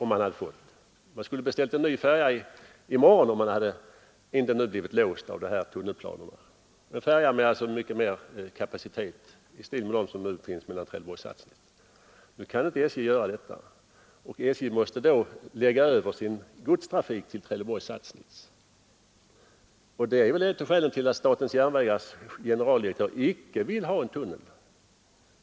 SJ skulle ha beställt en ny färja i morgon, en färja i stil med dem som nu går mellan Trelleborg och Sassnitz, om man inte hade blivit låst av tunnelplanerna. SJ måste nu lägga över sin godstrafik till Trelleborg— Sassnitz. Det är ett av skälen till att statens järnvägars generaldirektör icke vill ha en tunnel.